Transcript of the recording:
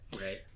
Right